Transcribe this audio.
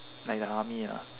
like the army ah